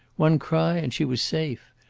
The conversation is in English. one cry and she was safe.